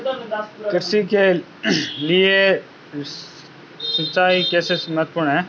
कृषि के लिए सिंचाई कैसे महत्वपूर्ण है?